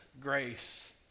grace